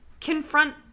confront